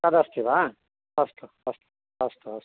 तद् अस्ति वा अस्तु अस्तु अस्तु अस्तु